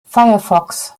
firefox